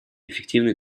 эффективной